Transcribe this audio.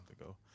ago